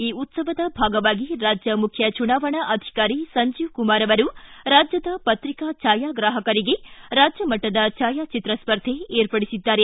ಈ ಉತ್ಸವದ ಭಾಗವಾಗಿ ರಾಜ್ಯ ಮುಖ್ಯ ಚುನಾವಣಾ ಅಧಿಕಾರಿ ಸಂಜೀವಕುಮಾರ ಅವರು ರಾಜ್ಯದ ಪತ್ರಿಕಾ ಛಾಯಾಗ್ರಾಪಕರಿಗೆ ರಾಜ್ಯಮಟ್ಟದ ಛಾಯಾಚಿತ್ರ ಸ್ವರ್ಧೆ ಏರ್ಪಡಿಸಿದ್ದಾರೆ